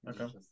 Okay